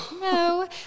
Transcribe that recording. no